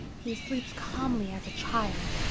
he sleeps calmly as a child.